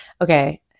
Okay